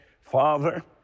Father